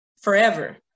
forever